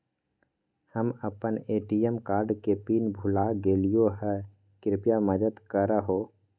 हम अप्पन ATM card के पिन भुला गेलिओ हे कृपया मदद कर हो